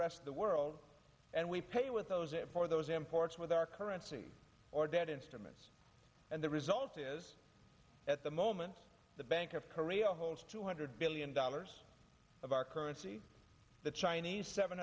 rest of the world and we pay with those it for those imports with our currency or debt instruments and the result is at the moment the bank of korea holds two hundred billion dollars of our currency the chinese seven